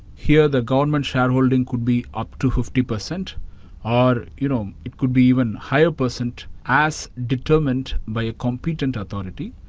here the government shareholding could be up to fifty percent or you know it could be even higher percent as determined by a competent authority.